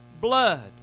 blood